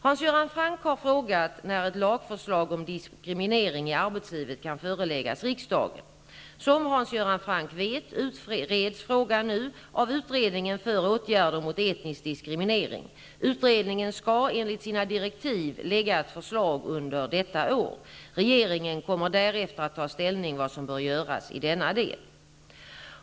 Hans Göran Franck har frågat när ett lagförslag om diskriminering i arbetslivet kan föreläggas riksdagen. Som Hans Göran Franck vet, utreds frågan nu av utredningen för åtgärder mot etnisk diskriminering. Utredningen skall enligt sina direktiv lägga ett förslag under detta år. Regeringen kommer därefter att ta ställning till vad som bör göras i denna del.